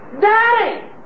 Daddy